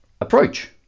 approach